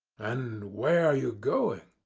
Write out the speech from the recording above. and where are you going?